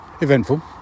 eventful